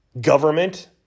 government